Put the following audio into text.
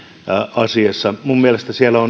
asiassa minun mielestäni siellä